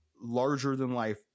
larger-than-life